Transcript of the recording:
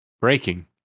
breaking